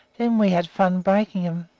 then we had fun breaking em